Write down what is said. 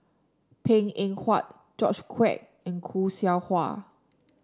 Png Eng Huat George Quek and Khoo Seow Hwa